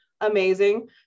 amazing